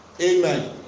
Amen